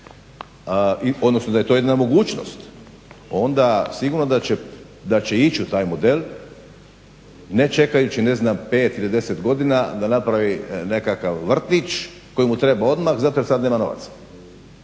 odnosno da je to jedina mogućnost, onda sigurno da će ići u taj model ne čekajući ne znam 5 ili 10 godina da napravi nekakav vrtić koji mu treba odmah zato jer sad nema novaca.